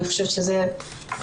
אני חושבת שזה מבורך.